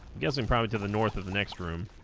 guessing probably to the north of the next room